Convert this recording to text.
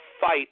fight